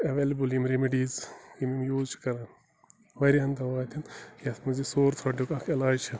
available یِم remedies یِم use چھِ کَران واریاہَن دَوا اَتھٮ۪ن یَتھ منٛز یہِ سور تھرٛوٹُک اَکھ علاج چھِ